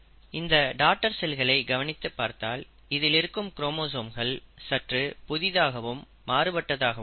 இந்த டாடர் செல்களை கவனித்துப் பார்த்தால் இதில் இருக்கும் குரோமோசோம்கள் சற்று புதிதாகவும் மாறுபட்டதாகவும் இருக்கும்